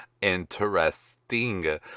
interesting